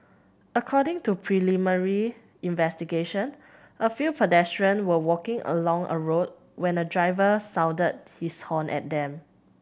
according to preliminary investigation a few pedestrian were walking along a road when a driver sounded his horn at them